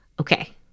okay